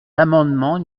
l’amendement